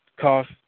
cost